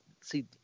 see